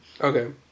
Okay